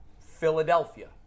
Philadelphia